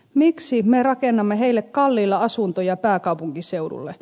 miksi me rakennamme heille kalliilla asuntoja pääkaupunkiseudulle